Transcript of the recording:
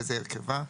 וזה הרכבה: